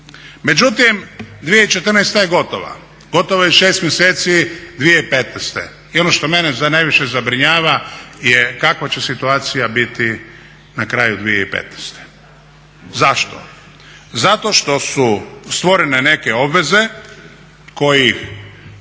Međutim, 2014. je gotova, gotovo je 6 mjeseci 2015. i ono što mene najviše zabrinjava je kakva će situacija biti na kraju 2015. Zašto? Zato što su stvorene neke obveze koji